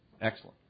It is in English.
excellent